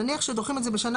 נניח שדוחים את זה בשנה,